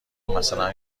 مثلا